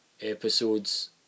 episodes